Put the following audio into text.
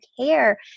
care